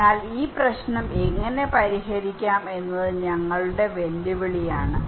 അതിനാൽ ഈ പ്രശ്നം എങ്ങനെ പരിഹരിക്കാം എന്നത് ഞങ്ങളുടെ വെല്ലുവിളിയാണ്